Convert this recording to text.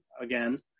again